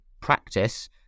practice